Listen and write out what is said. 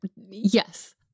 Yes